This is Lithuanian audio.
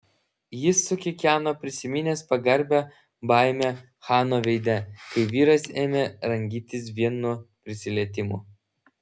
jis sukikeno prisiminęs pagarbią baimę chano veide kai vyras ėmė rangytis vien nuo prisilietimo